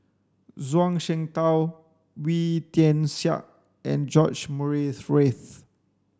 Zhuang Shengtao Wee Tian Siak and George Murray Reith